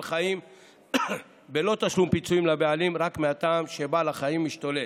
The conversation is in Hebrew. חיים בלי תשלום פיצויים לבעלים רק מהטעם שבעל החיים משתולל.